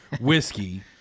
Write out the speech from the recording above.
whiskey